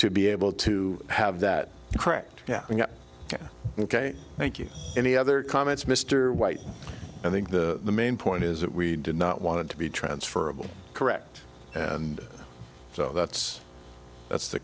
to be able to have that correct yeah ok thank you any other comments mr white i think the main point is that we did not want to be transferable correct and so that's that's the